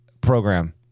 program